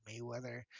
Mayweather